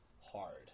hard